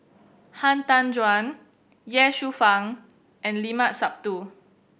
Han Tan Juan Ye Shufang and Limat Sabtu